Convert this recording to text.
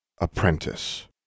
Apprentice